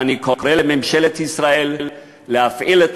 אני קורא לממשלת ישראל להפעיל את